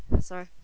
Sorry